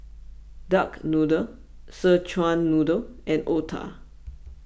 Duck Noodle Szechuan Noodle and Otah